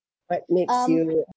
what makes you